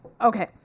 okay